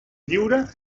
lliure